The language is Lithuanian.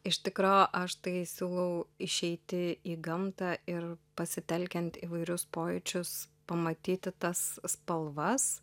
iš tikro aš tai siūlau išeiti į gamtą ir pasitelkiant įvairius pojūčius pamatyti tas spalvas